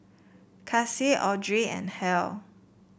Kaci Audrey and Hal